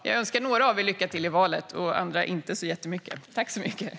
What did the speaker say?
Jag önskar några av er lycka till i valet och andra inte så jättemycket lycka till.